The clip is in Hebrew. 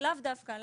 לאו דווקא.